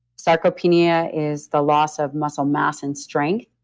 sarcopenia is the loss of muscle mass and strength.